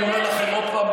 אני אומר לכם עוד פעם,